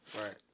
Right